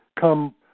come